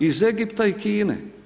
Iz Egipta i Kine.